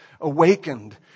awakened